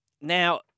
Now